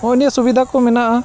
ᱱᱚᱜᱼᱚᱭ ᱱᱤᱭᱟᱹ ᱥᱩᱵᱤᱫᱷᱟ ᱠᱚ ᱢᱮᱱᱟᱜᱼᱟ